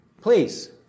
Please